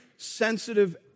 sensitive